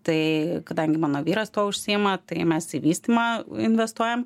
tai kadangi mano vyras tuo užsiima tai mes į vystymą investuojam